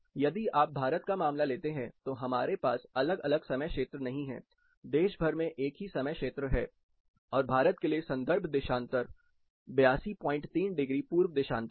यदि आप भारत का मामला लेते हैं तो हमारे पास अलग अलग समय क्षेत्र नहीं हैं देश भर में एक ही समय क्षेत्र है हालांकि हमारे पास पश्चिम से पूर्व तक लंबा फैलाव है तब भी हमारे पास केवल एक ही समय क्षेत्र है और भारत के लिए संदर्भ देशांतर 823 डिग्री पूर्व देशांतर है